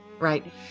right